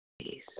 Peace